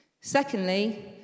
Secondly